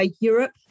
Europe